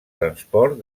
transport